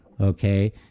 Okay